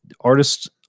artists